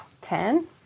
Ten